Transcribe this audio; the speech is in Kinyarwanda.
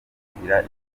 gufatira